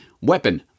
weapon